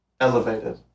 elevated